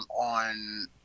on